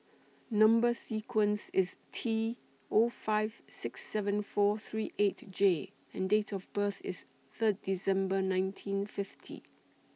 Number sequence IS T Zero five six seven four three eight J and Date of birth IS Third December nineteen fifty